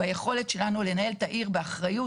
ביכולת שלנו לנהל את העיר באחריות,